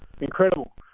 Incredible